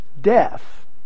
death